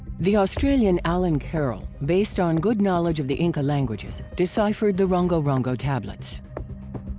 the australian alan carroll, based on good knowledge of the inca languages, deciphered the rongo-rongo tablets.